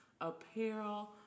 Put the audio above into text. Apparel